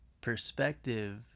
Perspective